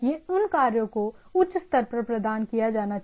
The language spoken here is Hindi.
इन कार्यों को उच्च स्तर पर प्रदान किया जाना चाहिए